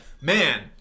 man